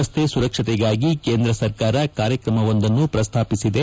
ರಸ್ತೆ ಸುರಕ್ಷತೆಗಾಗಿ ಕೇಂದ್ರ ಸರ್ಕಾರ ಕಾರ್ಯಕ್ರಮವೊಂದನ್ನು ಪ್ರಸ್ತಾಪಿಸಿದೆ